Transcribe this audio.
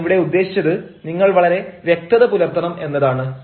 ഞാൻ ഇവിടെ ഉദ്ദേശിച്ചത് നിങ്ങൾ വളരെ വ്യക്തത പുലർത്തണം എന്നതാണ്